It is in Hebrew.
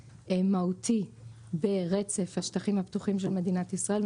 מהותי ברצף השטחים הפתוחים של מדינת ישראל,